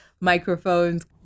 microphones